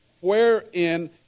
wherein